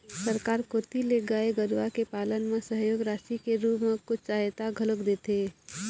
सरकार कोती ले गाय गरुवा के पालन म सहयोग राशि के रुप म कुछ सहायता घलोक देथे